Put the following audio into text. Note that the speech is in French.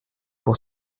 pour